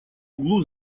углу